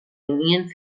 ynienen